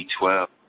B12